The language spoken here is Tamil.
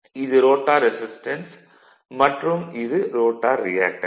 இது ரோட்டார் ரெசிஸ்டன்ஸ் மற்றும் இது ரோட்டார் ரியாக்டன்ஸ்